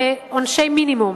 עונשי מינימום.